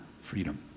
Freedom